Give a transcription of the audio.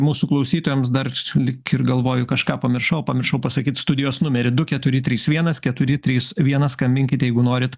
mūsų klausytojams dar lyg ir galvoju kažką pamiršau pamiršau pasakyt studijos numerį du keturi trys vienas keturi trys vienas skambinkie jeigu norit